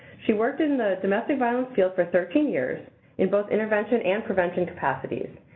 she worked in the domestic violence field for thirteen years in both intervention and prevention capacities.